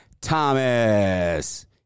Thomas